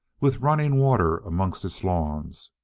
with running water amongst its lawns,